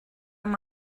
amb